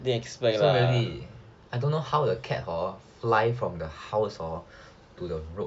so really I don't know how the cat hor fly from the house hor to the road